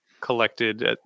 collected